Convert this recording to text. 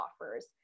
offers